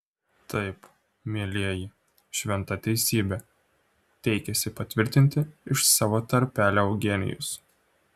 taip mielieji šventa teisybė teikėsi patvirtinti iš savo tarpelio eugenijus